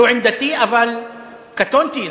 זו עמדתי, אבל קטונתי.